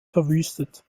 verwüstet